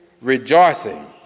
rejoicing